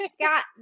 got